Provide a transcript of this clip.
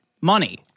money